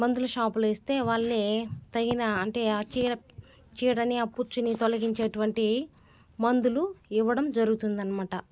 మందుల షాపులో ఇస్తే వాళ్ళే తగిన అంటే ఆ చీడ చీడని ఆ పుచ్చుని తొలగించేటువంటి మందులు ఇవ్వడం జరుగుతుంది అనమాట